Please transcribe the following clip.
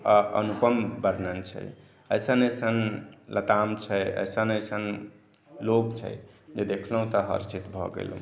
अनुपम वातावरण छै एसन एसन लताम छै एसन एसन लोग छै जे देखलहुॅं तऽ हर्षित भऽ गेलहुॅं